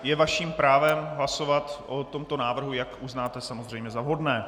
Je vaším právem hlasovat o tomto návrhu, jak uznáte samozřejmě za vhodné.